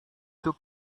took